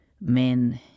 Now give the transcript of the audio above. men